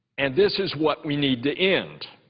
and this is what we need to end.